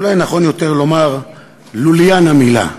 אולי נכון יותר לומר לוליין המילה,